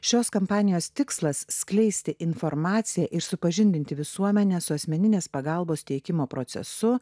šios kampanijos tikslas skleisti informaciją ir supažindinti visuomenę su asmeninės pagalbos teikimo procesu